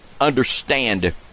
understand